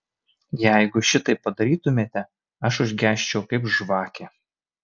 jeigu šitaip padarytumėte aš užgesčiau kaip žvakė